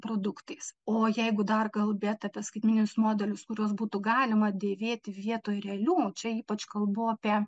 produktais o jeigu dar kalbėt apie skaitmeninius modelius kuriuos būtų galima dėvėti vietoj realių čia ypač kalbu apie